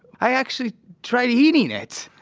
i actually tried eating it.